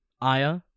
Aya